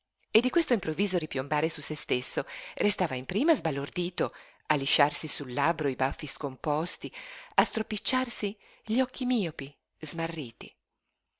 e di questo improvviso ripiombare su se stesso restava in prima sbalordito a lisciarsi sul labbro i baffi scomposti a stropicciarsi gli occhi miopi smarriti